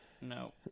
No